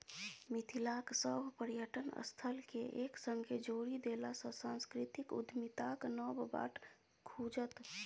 मिथिलाक सभ पर्यटन स्थलकेँ एक संगे जोड़ि देलासँ सांस्कृतिक उद्यमिताक नब बाट खुजत